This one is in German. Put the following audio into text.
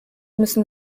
müssen